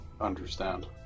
understand